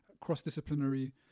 cross-disciplinary